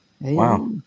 Wow